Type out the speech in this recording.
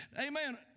Amen